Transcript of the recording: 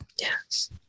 yes